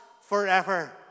forever